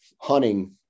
hunting